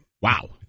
Wow